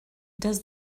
does